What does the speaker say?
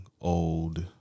old